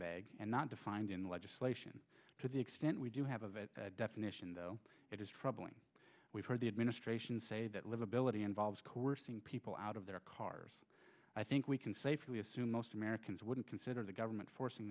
vague and not defined in the legislation to the extent we do have a definition though it is troubling we've heard the administration say that livability involves coercing people out of their cars i think we can safely assume most americans wouldn't consider the government forcing